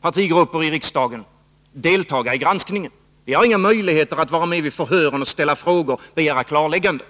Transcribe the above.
partigrupper i riksdagen delta i granskningen. Vi har inga möjligheter att delta i förhören, ställa frågor och begära klarlägganden.